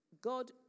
God